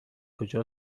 کجا